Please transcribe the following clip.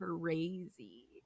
crazy